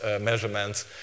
measurements